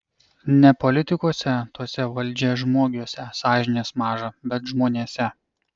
ne politikuose tuose valdžiažmogiuose sąžinės maža bet žmonėse